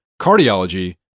cardiology